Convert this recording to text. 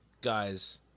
guys